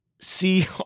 see